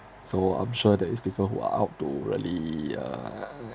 so I'm sure there is people who are out to really uh